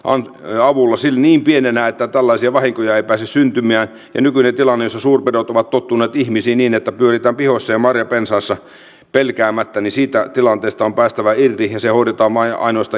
an avullasi niin pienenä että tällaisia vahinkoja ei pääse syntymiä nykyinen tilanne että suurpedot ovat tottuneet ihmisiin niin että torikahviossa marjapensaissa pelkäämättäni siitä tilanteesta on päästävä irti ja se odottaa maija oinosta